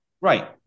Right